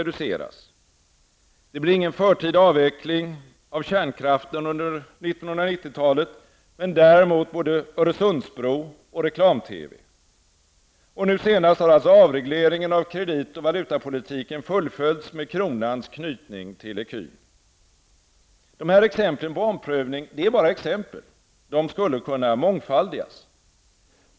Det blir ingen förtida avveckling av kärnkraften under 1990-talet, men däremot både Öresundsbro och reklam-TV. Och nu senast har alltså avregleringen av kredit och valutapolitiken fullföljts med kronans knytning till ecun. Dessa exempel på omprövning skulle kunna mångfaldigas.